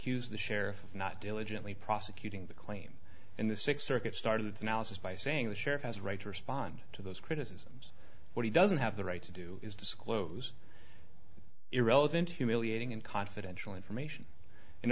accused the sheriff of not diligently prosecuting the claim in the six circuit started its analysis by saying the sheriff has a right to respond to those criticisms but he doesn't have the right to do is disclose irrelevant humiliating and confidential information in